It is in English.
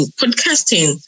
podcasting